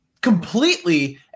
completely